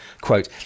quote